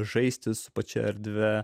žaisti su pačia erdve